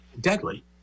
deadly